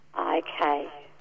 Okay